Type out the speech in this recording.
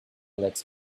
legs